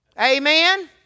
Amen